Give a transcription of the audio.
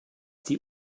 die